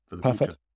Perfect